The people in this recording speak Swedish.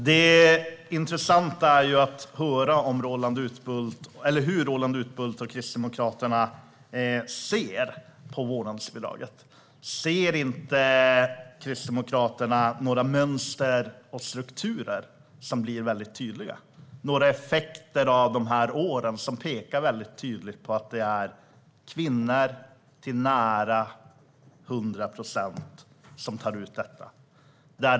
Herr talman! Det intressanta är att höra hur Roland Utbult och Kristdemokraterna ser på vårdnadsbidraget. Ser inte Kristdemokraterna några mönster och strukturer? I själva verket är dessa väldigt tydliga. Utfallet efter de här åren är att det till nära 100 procent är kvinnor som tar ut vårdnadsbidrag.